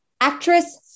actress